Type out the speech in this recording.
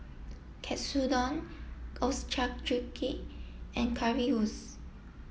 Katsudon Ochazuke and Currywurst